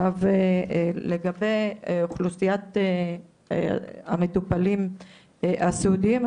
לגבי אוכלוסיית המטופלים הסיעודיים,